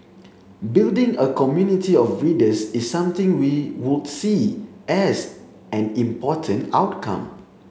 building a community of readers is something we would see as an important outcome